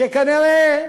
שכנראה,